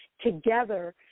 together